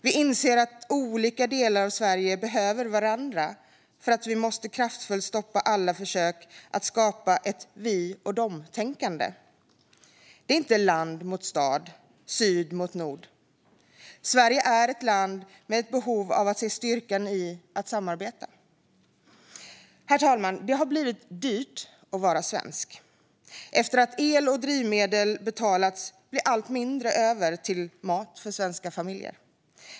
Vi inser att olika delar av Sverige behöver varandra för att kraftfullt kunna stoppa alla försök att skapa ett vi-och-dom-tänkande. Det är inte land mot stad eller syd mot nord. Sverige är ett land med ett behov av att se styrkan i att samarbeta. Herr talman! Det har blivit dyrt att vara svensk. Efter att el och drivmedel betalats blir allt mindre över till mat för svenska familjer.